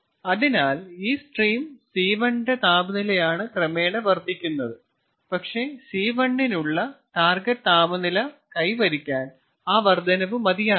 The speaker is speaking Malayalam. അതിനാൽ ഈ സ്ട്രീം C1 ന്റെ താപനിലയാണ് ക്രമേണ വർദ്ധിക്കുന്നത് പക്ഷേ C1 നുള്ള ടാർഗെറ്റ് താപനില കൈവരിക്കാൻ ആ വർദ്ധനവ് മതിയാകില്ല